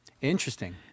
Interesting